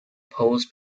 posed